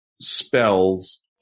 spells